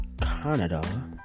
Canada